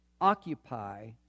Occupy